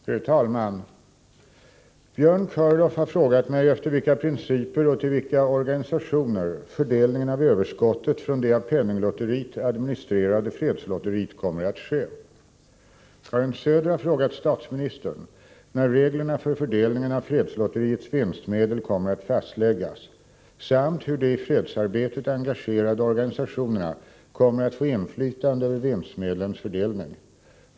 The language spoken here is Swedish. Fru talman! Björn Körlof har frågat mig efter vilka principer och till vilka organisationer fördelningen av överskottet från det av penninglotteriet administrerade fredslotteriet kommer att ske. Karin Söder har frågat statsministern när reglerna för fördelningen av fredslotteriets vinstmedel kommer att fastläggas samt hur de i fredsarbetet engagerade organisationerna kommer att få inflytande över vinstmedlens fördelning.